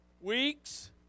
weeks